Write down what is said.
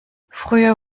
früher